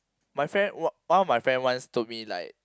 my friend one one of my friend once told me like